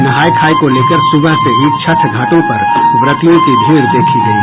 नहाय खाय को लेकर सुबह से ही छठ घाटों पर व्रतियों की भीड़ देखी गयी